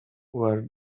where